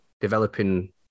developing